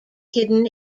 hidden